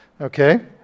Okay